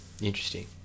Interesting